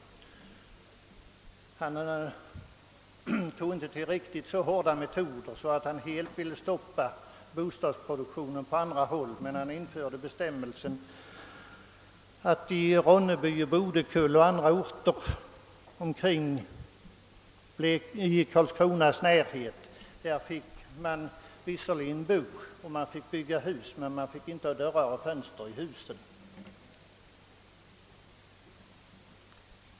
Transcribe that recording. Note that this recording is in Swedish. Han tog inte till riktigt så hårda metoder att han stoppade bostadsproduktionen på andra håll. Man fick visserligen bo och bygga hus i Ronneby, Bodekull och på andra orter i Karlskronas närhet, men han införde bestämmelsen att det på dessa orter icke skulle sättas in dörrar och fönster i husen.